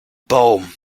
baum